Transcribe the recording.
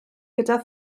gyda